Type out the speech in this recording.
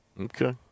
Okay